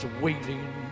waiting